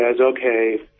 okay